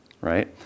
right